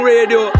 Radio